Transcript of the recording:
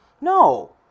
no